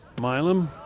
Milam